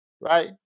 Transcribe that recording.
right